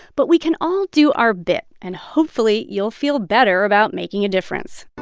but we can all do our bit, and hopefully, you'll feel better about making a difference